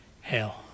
hell